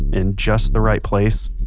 in just the right place,